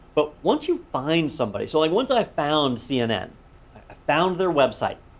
but once you find somebody, so like once i found cnn i found their website,